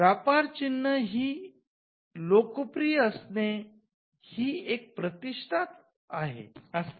व्यापार चिन्ह ही लोकप्रिय असणे ही एक प्रतिष्ठाच असते